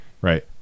right